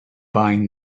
buying